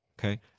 Okay